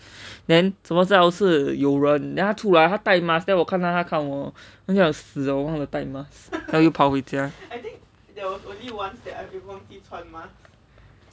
then 怎么知道是有人 then 他出来他戴 mask then 我看到他看我 !aiyo! 死了忘记带 mask then 我快点跑回家:wo kuai dian pao hui jiae